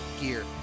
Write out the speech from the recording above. gear